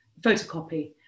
photocopy